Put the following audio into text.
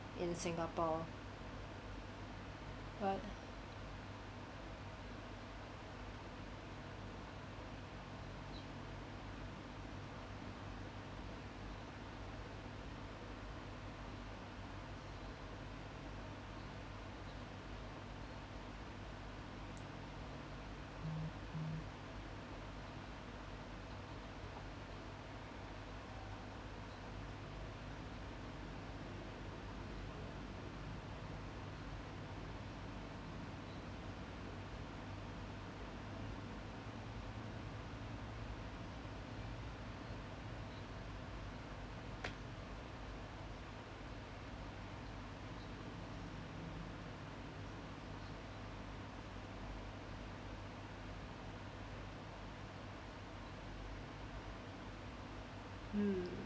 in singapore but mm